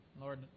Lord